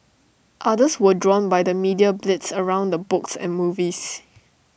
others were drawn by the media blitz around the books and movies